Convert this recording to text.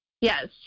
Yes